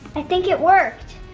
i think it worked!